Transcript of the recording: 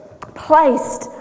placed